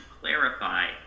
clarify